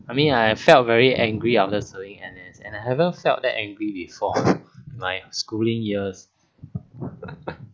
I mean I felt very angry N_S and I haven't felt the angry before my schooling years